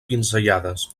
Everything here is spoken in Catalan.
pinzellades